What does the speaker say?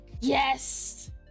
yes